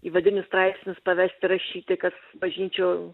įvadinius straipsnius pavesti rašyti kas bažnyčio